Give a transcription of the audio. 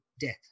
death